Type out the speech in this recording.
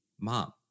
mom